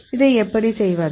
இதை எப்படி செய்வது